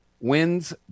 wins